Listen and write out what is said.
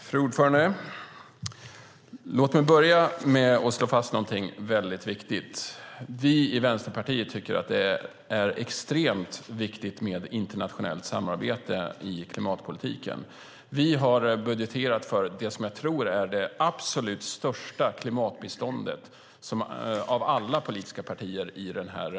Fru talman! Låt mig börja med att slå fast att vi i Vänsterpartiet tycker att det är extremt viktigt med internationellt samarbete i klimatpolitiken. Vi har budgeterat för vad jag tror är det absolut största klimatbiståndet av alla politiska partier i kammaren.